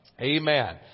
Amen